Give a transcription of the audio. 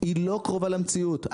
היא לא קרובה למציאות.